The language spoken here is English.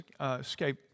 escape